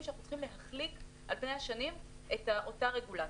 שאנחנו צריכים להחליק על פני השנים את אותה רגולציה.